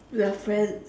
we're friends